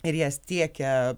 ir jas tiekia